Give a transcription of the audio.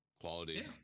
quality